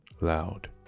Loud